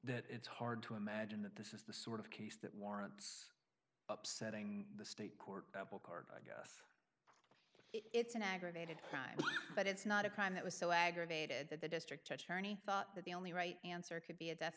that it's hard to imagine that this is the sort of case that warrants upsetting the court of a cargo it's an aggravated crime but it's not a crime that was so aggravated that the district attorney thought that the only right answer could be a death